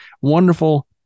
wonderful